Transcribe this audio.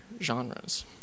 genres